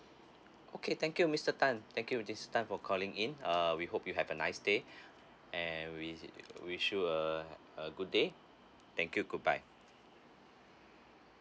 okay thank you mister tan thank you this time for calling in uh we hope you have a nice day and we wish you uh a good day thank you goodbye